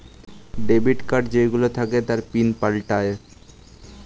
debit card যেই গুলো থাকে তার পিন পাল্টায়ে